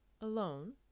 alone